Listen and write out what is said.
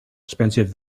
expensive